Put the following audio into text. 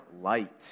light